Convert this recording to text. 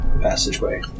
passageway